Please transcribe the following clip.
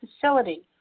facility